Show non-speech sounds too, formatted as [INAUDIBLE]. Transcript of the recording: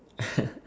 [LAUGHS]